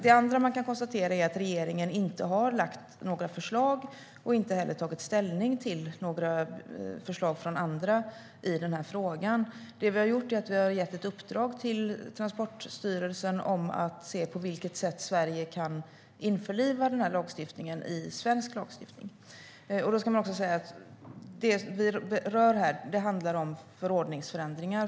Det andra faktumet vi kan konstatera är att regeringen inte har lagt fram några förslag och inte heller har tagit ställning till några förslag från andra. Regeringen har gett ett uppdrag till Transportstyrelsen att se på vilket sätt Sverige kan införliva lagstiftningen i svensk lagstiftning. Det handlar om förordningsförändringar.